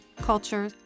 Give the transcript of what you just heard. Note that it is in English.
culture